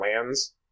lands